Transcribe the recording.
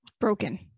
broken